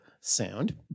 sound